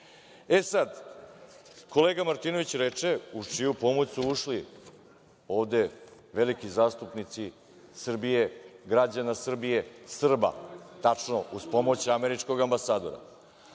promenite. Kolega Martinović reče – uz čiju pomoć su ušli ovde veliki zastupnici Srbije, građana Srbije, Srba. Tačno, uz pomoć američkog ambasadora.